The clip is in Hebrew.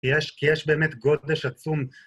כי יש באמת גודש עצום.